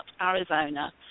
Arizona